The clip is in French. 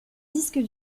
disque